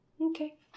okay